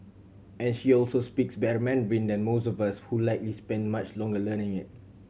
and she also speaks better Mandarin than most of us who likely spent much longer learning it